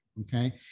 okay